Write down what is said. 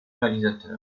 réalisateurs